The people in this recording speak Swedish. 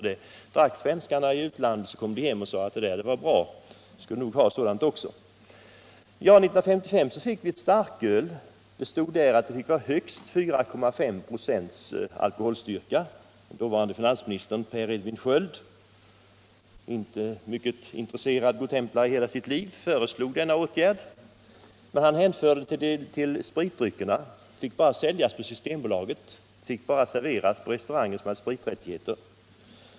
Det drack svenskarna i utlandet, och så kom de hem och sade: Det där var bra — vi skulle ha sådant i Sverige också. 1955 kom ett starköl. Det stod att det fick ha högst 4,5 ". alkoholstyrka. Dåvarande finansministern Per Edvin Sköld — mycket intresserad godtemplare i hela sitt liv — föreslog denna åtgärd. Men han hänförde starkölet till spritdryckerna — det fick bara säljas på Systembolaget och bara serveras på restauranger som hade spriträttigheter.